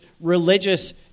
religious